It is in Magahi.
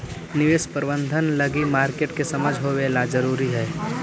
निवेश प्रबंधन लगी मार्केट के समझ होवेला जरूरी हइ